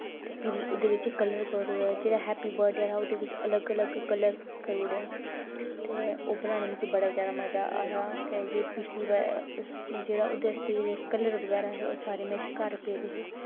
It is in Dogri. फ्ही ओह्दै बिच्च कल्लर करी ओड़ेआ जेह्ड़ा हैप्पी बर्थडे हा ओह्दै च अलग अलग कल्लर करी ओड़ेआ ते ओह् बनाने गी मिगी बड़ा मज़ा आया ते जे पिछली जेह्ड़े ओह्दै आस्तै कल्लर बगैरा हे ओह् सारे में घर पेदे हे